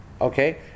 Okay